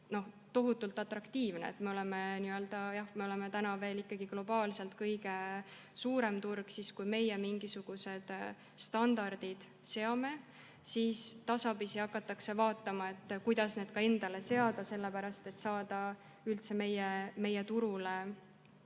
tohutult atraktiivne. Me oleme praegu veel globaalselt kõige suurem turg ja kui meie mingisugused standardid seame, siis tasapisi hakatakse vaatama, kuidas need ka endale üle võtta, et saada üldse meie turule